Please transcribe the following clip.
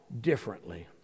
differently